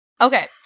Okay